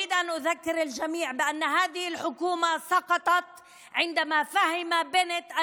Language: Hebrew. ביומיים האחרונים יש מי שמתבכיין על ממשלת לפיד-בנט,